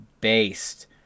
Based